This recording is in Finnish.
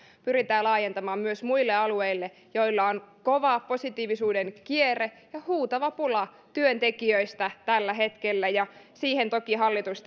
pyritään laajentamaan myös muille alueille joilla on kova positiivisuuden kierre ja huutava pula työntekijöistä tällä hetkellä ja sen eteen toki hallitus